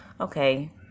okay